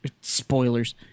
spoilers